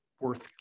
worth